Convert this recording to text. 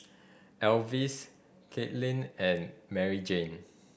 Elvis Caitlynn and Maryjane